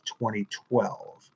2012